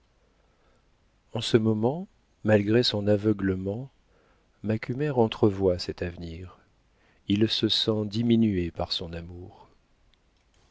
en ce moment malgré son aveuglement macumer entrevoit cet avenir il se sent diminué par son amour